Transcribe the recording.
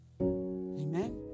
Amen